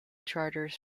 charters